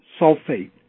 sulfate